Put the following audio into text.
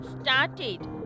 started